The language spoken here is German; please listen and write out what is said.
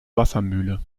wassermühle